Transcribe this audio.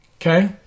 okay